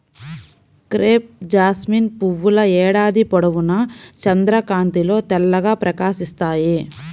crepe jasmine పువ్వుల ఏడాది పొడవునా చంద్రకాంతిలో తెల్లగా ప్రకాశిస్తాయి